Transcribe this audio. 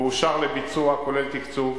ואושר לביצוע, כולל תקצוב.